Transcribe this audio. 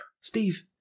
Steve